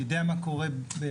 אני יודע מה קורה באירופה,